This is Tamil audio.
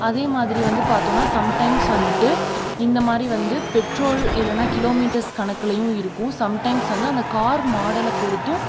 அதேமாதிரி வந்து பார்த்தோன்னா சம்டைம்ஸ் வந்துட்டு இந்தமாதிரி வந்து பெட்ரோல் இல்லைன்னா கிலோமீட்டர்ஸ் கணக்குலேயும் இருக்கும் சம்டைம்ஸ் வந்து அந்த கார் மாடலை பொறுத்தும்